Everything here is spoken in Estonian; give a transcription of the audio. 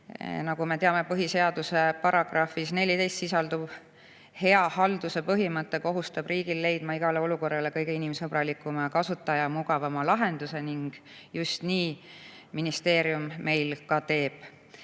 Nagu me teame, põhiseaduse §‑s 14 sisalduv hea halduse põhimõte kohustab riiki leidma igale olukorrale kõige inimsõbralikum ja kasutajamugavam lahendus. Just nii meie ministeerium ka teeb.